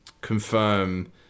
confirm